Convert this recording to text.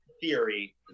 theory